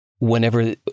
whenever